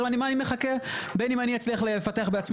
אומר אני מחכה, בין אם אני אצליח לפתח בעצמי.